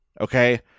okay